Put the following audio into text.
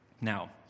Now